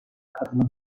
katılım